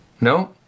no